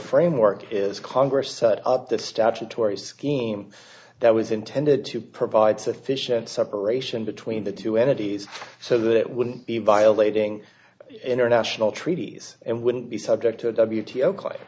framework is congress set up the statutory scheme that was intended to provide sufficient separation between the two entities so that it wouldn't be violating international treaties and wouldn't be subject to a w